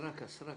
הסרק, הסרק